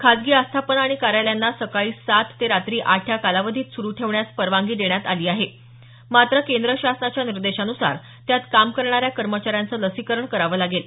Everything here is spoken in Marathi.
खासगी आस्थापना आणि कार्यालयांना सकाळी सात ते रात्री आठ या कालावधीत सुरु ठेवण्यास परवानगी देण्यात आली आहे मात्र केंद्र शासनाच्या निर्देशानुसार त्यात काम करणाऱ्या कर्मचाऱ्यांचं लसीकरण करावं लागेल